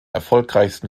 erfolgreichsten